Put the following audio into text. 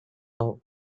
our